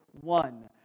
one